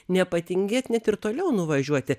nepatingėt net ir toliau nuvažiuoti